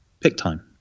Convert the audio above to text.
PickTime